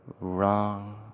Wrong